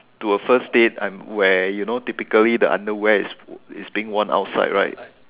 to a first date I where you know typically the underwear is is being worn outside right